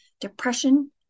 depression